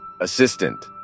Assistant